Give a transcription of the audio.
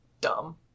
Dumb